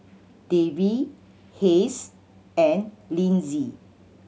Davy Hays and Linzy